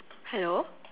hello